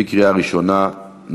בקריאה ראשונה.